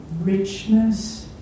richness